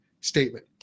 statement